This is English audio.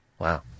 Wow